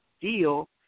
deal